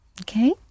Okay